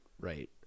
right